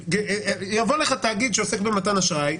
יבוא לך תאגיד שעוסק במתן אשראי,